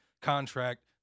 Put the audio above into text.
contract